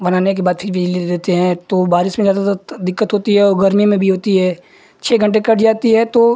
बनाने के बाद फिर बिजली देते हैं तो बारिश में ज़्यादातर तो दिक्कत होती है और गर्मी में भी होती है छह घण्टे कट जाती है तो